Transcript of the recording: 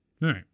right